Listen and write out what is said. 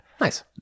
Nice